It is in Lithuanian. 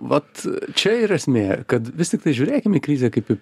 vat čia ir esmė kad vis tiktai žiūrėkim į krizę kaip į